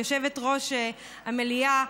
יושבת-ראש המליאה,